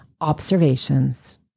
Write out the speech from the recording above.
Observations